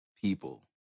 people